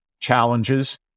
challenges